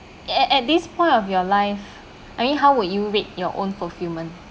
at at this point of your life I mean how would you rate your own fulfillment